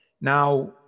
Now